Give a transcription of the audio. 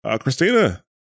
Christina